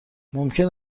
ممکن